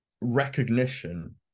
recognition